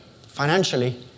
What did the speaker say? financially